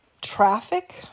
Traffic